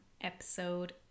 episode